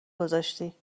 گذاشتی